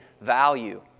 value